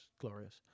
glorious